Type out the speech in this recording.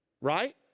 Right